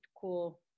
cool